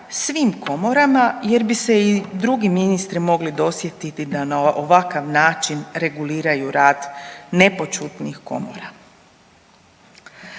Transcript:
svim komorama jer bi se i drugi ministri mogli dosjetiti da na ovakav način reguliraju rad nepoćudnih komora.